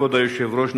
כבוד היושב-ראש,